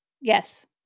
Yes